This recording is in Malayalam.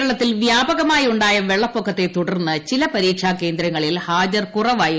കേരളത്തിൽ വ്യാപകമായുണ്ടായ വെള്ളപ്പൊക്കത്തെത്തുടർന്ന് ചില പരീക്ഷാ കേന്ദ്രങ്ങളിൽ ഹാജർ കുറവായിരുന്നു